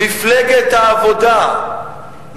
מפלגת העבודה,